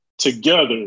together